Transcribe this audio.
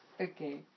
Okay